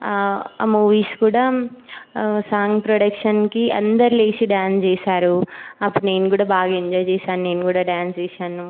ఆ మూవీస్ కూడా సాంగ్ ప్రొడక్షన్కి అందరూ లెగిసి డ్యాన్స్ చేసారు అప్పుడు నేను కూడా బాగా ఎంజాయ్ చేసాను నేను కూడా డ్యాన్స్ వేసాను